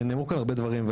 נאמרו כאן הרבה דברים,